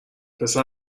پسر